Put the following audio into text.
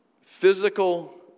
physical